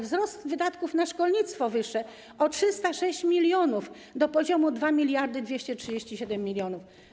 Wzrost wydatków na szkolnictwo wyższe wynosi 306 mln, do poziomu 2237 mln.